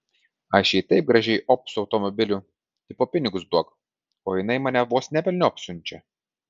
aš jai taip gražiai op su automobiliu tipo pinigus duok o jinai mane vos ne velniop siunčia